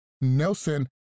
nelson